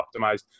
optimized